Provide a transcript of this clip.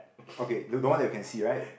okay the door one you can see right